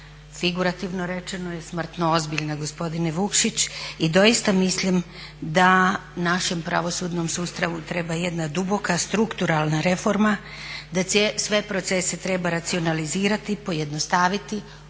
figurativno rečeno je smrtno ozbiljna gospodine Vukšić i doista mislim da našem pravosudnom sustavu treba jedna duboka strukturalna reforma, da sve procese treba racionalizirati, pojednostaviti, osuvremeniti